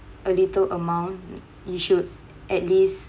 a little amount you should at least